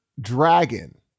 dragon